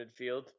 midfield